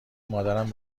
مادرم